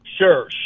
Sure